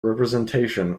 representation